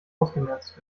ausgemerzt